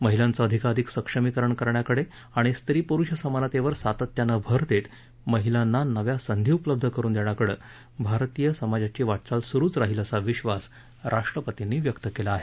महिलांचं अधिकाधिक सक्षमीकरण करण्याकडे आणि स्त्रीपुरुष समानतेवर सातत्यानं भर देत महिलांना नव्या संधी उपलब्ध करून देण्याकडे भारतीय समाजाची वाटचाल सुरूच राहील असा विश्वास राष्ट्रपर्तीनी व्यक्त केला आहे